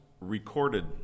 recorded